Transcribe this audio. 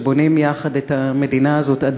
שבונים יחד את המדינה הזאת,